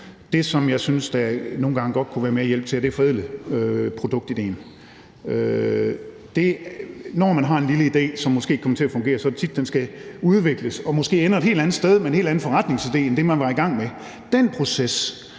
Det, som jeg nogle gange synes der godt kunne være mere hjælp til, er at forædle produktidéen. Når man har en lille idé, som måske kan komme til at fungere, er det tit, den skal udvikles og måske ender et helt andet sted med en helt anden forretningsidé end det, man var i gang med,